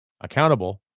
accountable